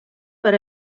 per